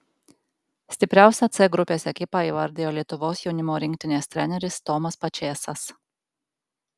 stipriausią c grupės ekipą įvardijo lietuvos jaunimo rinktinės treneris tomas pačėsas